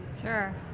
Sure